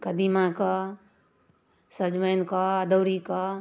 कदीमाके सजमनिके अदौरीके